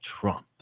Trump